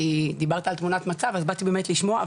כי דיברת על תמונת מצב אז באתי באמת לשמוע.